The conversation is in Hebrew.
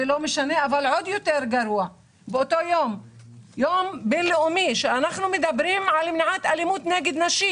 הגרוע הוא שזה קרה ביום בינלאומי למניעת אלימות נגד נשים